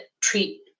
treat